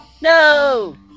no